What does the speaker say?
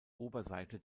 oberseite